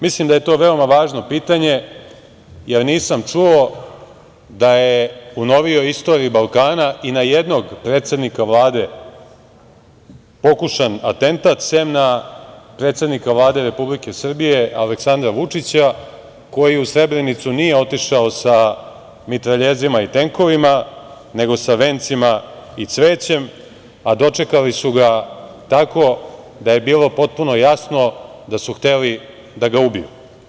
Mislim da je to veoma važno pitanje, jer nisam čuo da je u novijoj istoriji Balkana i na jednog predsednika Vlade pokušan atentat, sem na predsednika Vlade Republike Srbije, Aleksandra Vučića, koji u Srebrenicu nije otišao sa mitraljezima i tenkovima nego sa vencima i cvećem, a dočekali su ga tako da je bilo potpuno jasno da su hteli da ga ubiju.